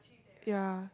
ya